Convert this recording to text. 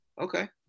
Okay